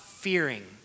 Fearing